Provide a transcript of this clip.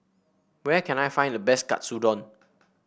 where can I find the best Katsudon